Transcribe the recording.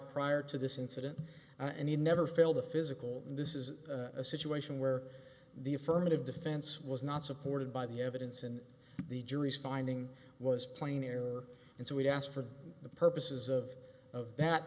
prior to this incident and he never failed the physical this is a situation where the affirmative defense was not supported by the evidence and the jury's finding was plain error and so we asked for the purposes of of that